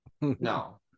No